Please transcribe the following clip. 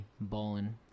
Bowling